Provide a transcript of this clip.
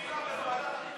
היא הביאה לפני